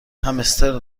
همستر